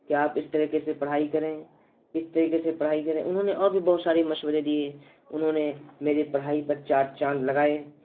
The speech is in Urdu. کہ آپ اس طریقے سے پڑھائی کریں اس طریقے سے پڑھائی کریں انہوں نے اور بھی بہت سارے مشورے دیے انہوں نے میری پڑھائی پر چار چاند لگائے